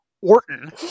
Orton